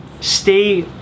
Stay